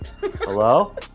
Hello